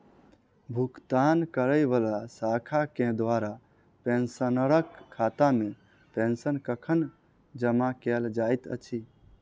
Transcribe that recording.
भुगतान करै वला शाखा केँ द्वारा पेंशनरक खातामे पेंशन कखन जमा कैल जाइत अछि